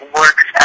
works